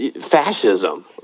fascism